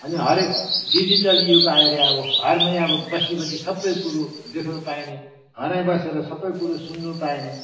अनि हरेक डिजिटल युग आयो रे अब घरमै अब बसी बसी सबै कुरो देख्नु पाइने घरमै बसेर सबै कुरो सुन्नु पाइने